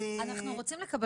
כן.